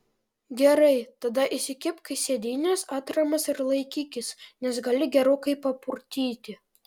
gerai tada įsikibk į sėdynes atramas ir laikykis nes gali gerokai papurtyti